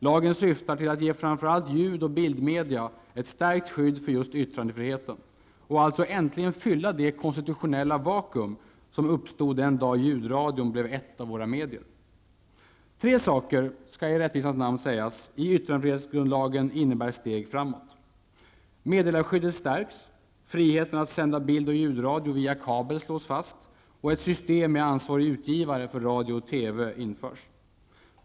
Lagen syftar till att ge framför allt ljud och bildmedier ett stärkt skydd för just yttrandefriheten och att alltså äntligen fylla det konstitutionella tomrum som uppstod den dag ljudradion blev ett av våra medier. Tre saker i yttrandefrihetsgrundlagen innebär steg framåt i detta avseende. Meddelarskyddet stärks, friheten att sända bild och ljudradio via kabel slås fast och ett system med ansvariga utgivare för radio och TV införs.